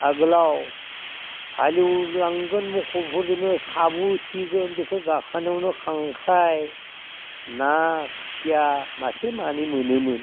आगोलाव हालबो एवलांगोन साबो उथिगोन गाखोनायावनो खांख्राइ ना खुसिया मासे मानै मोनोमोन